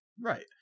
Right